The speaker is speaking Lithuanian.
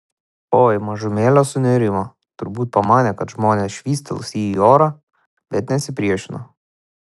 oi mažumėlę sunerimo turbūt pamanė kad žmonės švystelės jį į orą bet nesipriešino